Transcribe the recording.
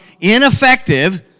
ineffective